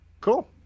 cool